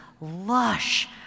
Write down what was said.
lush